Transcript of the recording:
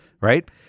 Right